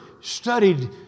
studied